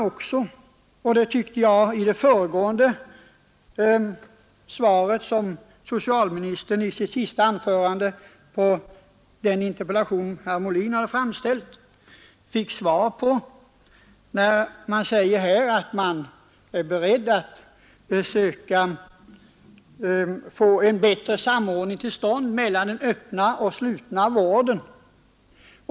I sitt sista anförande nyss med anledning av herr Molins interpellation sade socialministern att man är beredd att försöka få en bättre samordning till stånd mellan den öppna och den slutna vården.